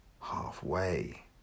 halfway